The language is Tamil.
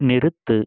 நிறுத்து